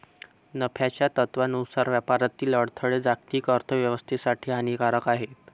नफ्याच्या तत्त्वानुसार व्यापारातील अडथळे जागतिक अर्थ व्यवस्थेसाठी हानिकारक आहेत